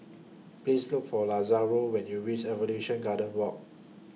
Please Look For Lazaro when YOU REACH Evolution Garden Walk